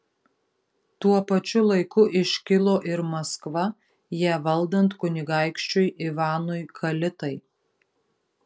tuo pačiu laiku iškilo ir maskva ją valdant kunigaikščiui ivanui kalitai